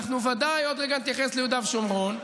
יהודה ושומרון.